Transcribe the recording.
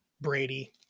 Brady